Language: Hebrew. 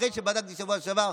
אחרי שבדקתי בשבוע שעבר,